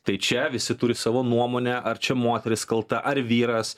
tai čia visi turi savo nuomonę ar čia moteris kalta ar vyras